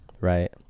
right